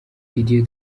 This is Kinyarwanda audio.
didier